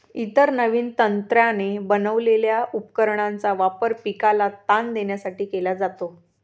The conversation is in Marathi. इतर नवीन तंत्राने बनवलेल्या उपकरणांचा वापर पिकाला ताण देण्यासाठी केला जातो